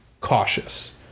cautious